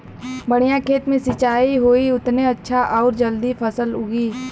बढ़िया खेत मे सिंचाई होई उतने अच्छा आउर जल्दी फसल उगी